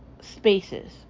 spaces